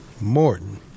Morton